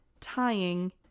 tying